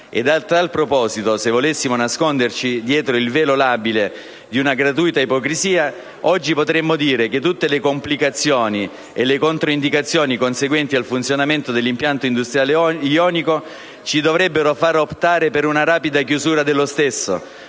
A tal proposito, se volessimo nasconderci dietro il velo labile di una gratuita ipocrisia, oggi potremmo dire che tutte le complicazioni e le controindicazioni conseguenti al funzionamento dell'impianto industriale ionico ci dovrebbero far optare per una rapida chiusura dello stesso,